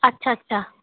আচ্ছা আচ্ছা